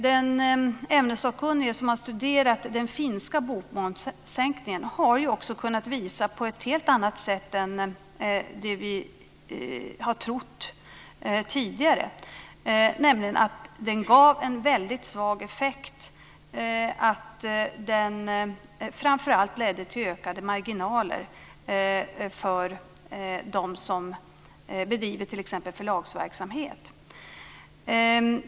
Den ämnessakkunnige som har studerat den finska bokmomssänkningen har också kunnat visa något helt annat än det vi har trott tidigare, nämligen att den gav en väldigt svag effekt och framför allt ledde till ökade marginaler för dem som bedriver t.ex. förlagsverksamhet.